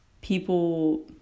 people